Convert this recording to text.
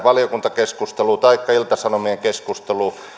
valiokuntakeskustelut taikka ilta sanomien keskustelu